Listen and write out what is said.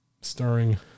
starring